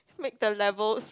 make the levels